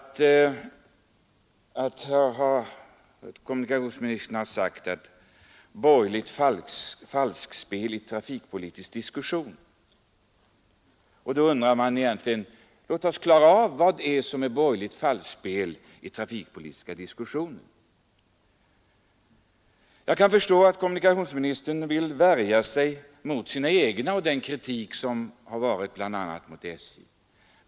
Kommunikationsministern har i sommar talat om borgerligt falskspel i trafikpolitiska diskussioner. Då undrar man om vi egentligen inte här borde söka klara ut vad som är ”borgerligt falskspel” i trafikpolitiska diskussioner. Jag kan förstå att kommunikationsministern vill värja sig mot sina egna och mot den kritik som har förekommit bl.a. mot SJ.